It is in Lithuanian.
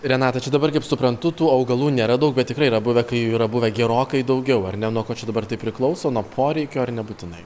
renata čia dabar kaip suprantu tų augalų nėra daug bet tikrai yra buvę kai jų yra buvę gerokai daugiau ar ne nuo ko čia dabar tai priklauso nuo poreikio ar nebūtinai